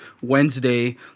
wednesday